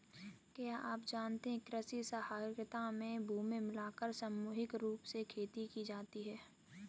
क्या आप जानते है कृषि सहकारिता में भूमि मिलाकर सामूहिक रूप से खेती की जाती है?